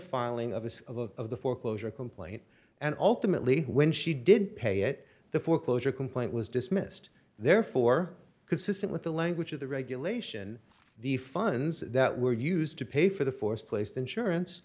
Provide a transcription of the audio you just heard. filing of his own of the foreclosure complaint and ultimately when she did pay it the foreclosure complaint was dismissed therefore consistent with the language of the regulation the funds that were used to pay for the force placed insurance